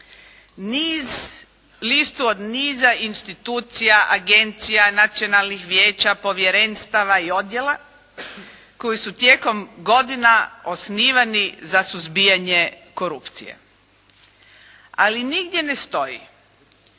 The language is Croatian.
listu od niza institucija, agencija, nacionalnih vijeća, povjerenstava i odjela koji su tijekom godina osnivani za suzbijanje korupcije. Ali nigdje ne stoji